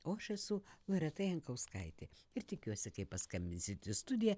o aš esu loreta jankauskaitė ir tikiuosi kai paskambinsit į studiją